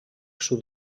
sud